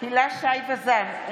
הילה שי וזאן,